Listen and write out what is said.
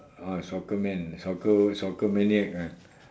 ah soccer man soccer soccer maniac ah